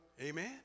Amen